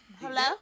Hello